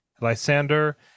Lysander